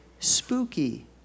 Spooky